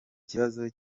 ikibazo